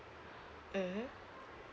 mmhmm